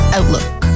Outlook